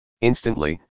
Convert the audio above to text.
Instantly